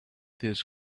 this